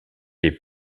les